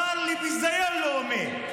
השר לביזיון לאומי.